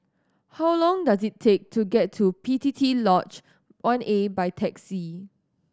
how long does it take to get to P P T Lodge One A by taxi